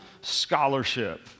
scholarship